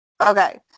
Okay